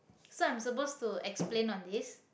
so i'm supposed to explain on this